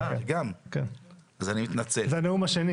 אגב, גם 80% מהיישובים היהודיים לא משתמשים בזה.